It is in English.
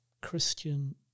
Christian